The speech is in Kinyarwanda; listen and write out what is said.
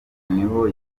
niho